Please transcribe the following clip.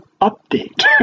update